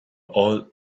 all